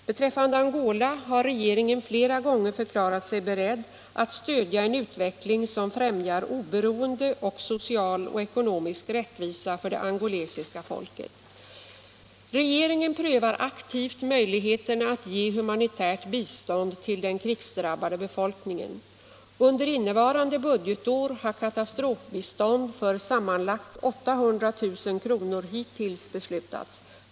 Beträffande Angola har regeringen flera gånger förklarat sig beredd att stödja en utveckling som främjar oberoende och social och ekonomisk rättvisa för det angolesiska folket. Regeringen prövar aktivt möjligheterna att ge humanitärt bistånd till den krigsdrabbade befolkningen. Under innevarande budgetår har katastrofbistånd för sammanlagt 800000 kr. hittills beslutats.